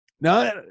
now